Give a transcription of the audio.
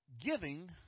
giving